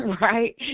Right